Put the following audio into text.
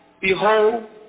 Behold